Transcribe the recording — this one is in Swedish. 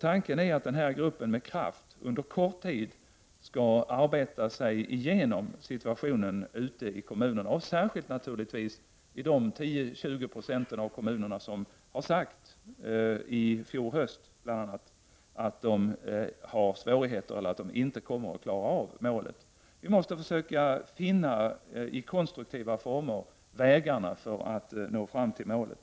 Tanken är att denna aktionsgrupp med kraft under kort tid skall arbeta sig igenom uppgiften att studera situationen ute i kommunerna — särskilt i de 10—20 26 av kommunerna som bl.a. i fjol höst sade att de har svårigheter att klara, eller inte kommer att kunna klara, det uppställda målet. Vi måste i konstruktiva former försöka finna de vägar som leder fram till målet.